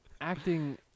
Acting